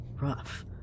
rough